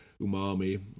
umami